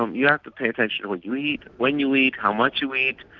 um you have to pay attention to what you eat, when you eat, how much you eat,